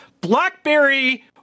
BlackBerry